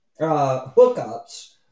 hookups